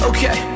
Okay